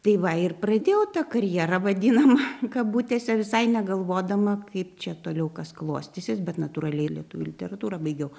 tai va ir pradėjau tą karjerą vadinamą kabutėse visai negalvodama kaip čia toliau kas klostysis bet natūraliai lietuvių literatūrą baigiau